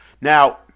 Now